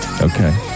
Okay